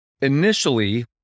Initially